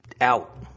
out